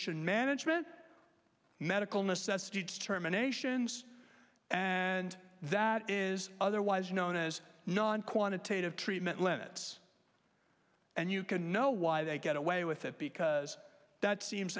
ization management medical necessity terminations and that is otherwise known as non quantitative treatment limits and you can know why they get away with it because that seems